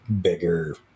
bigger